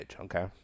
okay